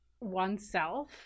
oneself